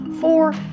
Four